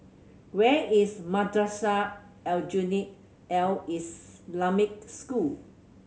where is Madrasah Aljunied Al Islamic School